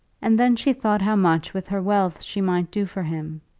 and then she thought how much with her wealth she might do for him.